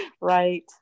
right